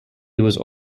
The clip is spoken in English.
also